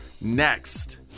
next